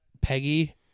Peggy